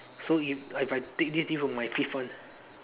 so if I if I tick this this would be my fifth one